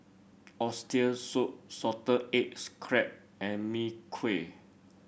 Oxtail Soup Salted Eggs crab and Mee Kuah